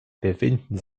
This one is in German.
befinden